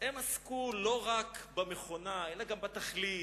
הם עסקו לא רק במכונה, אלא גם בתכלית,